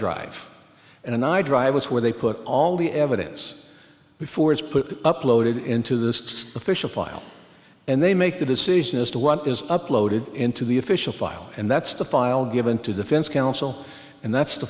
drive and i drive it's where they put all the evidence before it's put uploaded into the official file and they make the decision as to what is uploaded into the official file and that's the file given to defense counsel and that's the